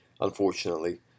unfortunately